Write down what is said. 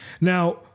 Now